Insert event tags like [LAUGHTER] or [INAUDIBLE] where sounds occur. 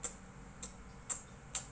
[NOISE]